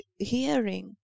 hearing